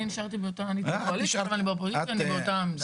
אני בקואליציה ובאופוזיציה באותה עמדה.